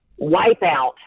wipeout